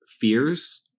fears